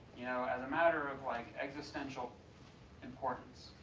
you know as a matter of like existential importance.